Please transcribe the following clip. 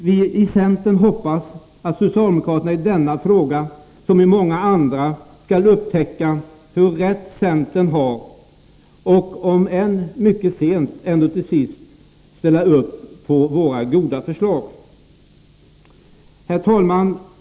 Vi i centern hoppas att socialdemokraterna i denna fråga som i många andra skall upptäcka hur rätt centern har och, om än mycket sent, till sist ställa upp på våra goda förslag. Herr talman!